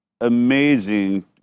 amazing